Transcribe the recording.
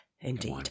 Indeed